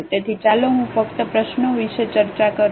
તેથી ચાલો હું ફક્ત પ્રશ્નો વિશે ચર્ચા કરું